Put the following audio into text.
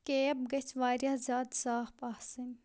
cab گَژھِ واریاہ زیادٕ صاف آسٕنۍ